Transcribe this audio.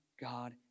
God